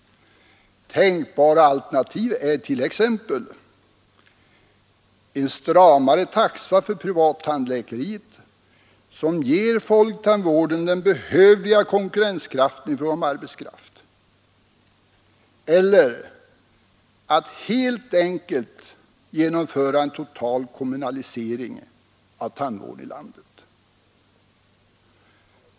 Tänkbara alternativ är t.ex. att införa en stramare taxa för privattandläkeriet, så att folktandvården får den behövliga konkurrenskraften i fråga om arbetskraft, eller att helt enkelt genomföra en total kommunalisering av tandvården i landet.